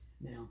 Now